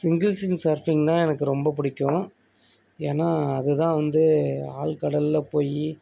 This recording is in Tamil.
சிங்கிள் ஃபின் சர்ஃபிங் தான் எனக்கு ரொம்பப் பிடிக்கும் ஏனால் அது தான் வந்து ஆல்கடலில் போயி